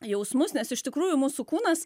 jausmus nes iš tikrųjų mūsų kūnas